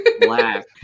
Black